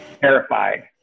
terrified